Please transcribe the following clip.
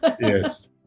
Yes